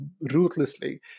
ruthlessly